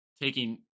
taking